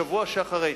בשבוע שאחרי.